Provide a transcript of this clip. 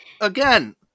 Again